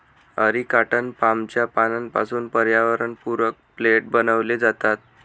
areca nut पामच्या पानांपासून पर्यावरणपूरक प्लेट बनविले जातात